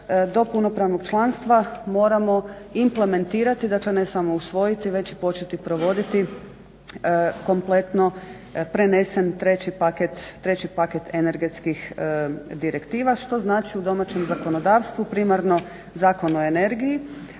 do punopravnog članstva moramo implementirati, dakle ne samo usvojiti već i početi provoditi kompletno prenesen treći paket energetskih direktiva što znači u domaćem zakonodavstvu primarno Zakon o energiji,